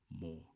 more